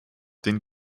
den